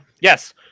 Yes